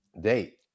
date